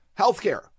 Healthcare